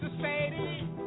Sadie